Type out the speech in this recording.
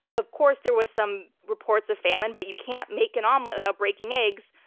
of course, there were some reports of famine but you can't make an omelet without breaking eggs.